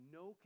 no